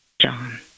John